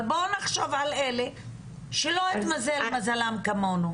אבל בואו נחשוב על אלה שלא התמזל מזלן כמונו.